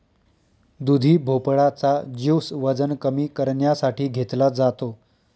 दुधी भोपळा चा ज्युस वजन कमी करण्यासाठी घेतला जातो